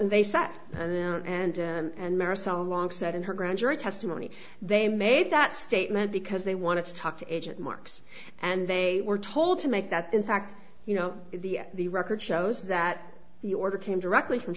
they sat down and and marcella long said in her grand jury testimony they made that statement because they wanted to talk to agent marks and they were told to make that in fact you know the the record shows that the order came directly from